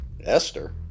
Esther